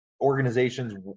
organizations